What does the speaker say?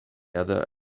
other